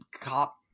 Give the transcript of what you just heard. cop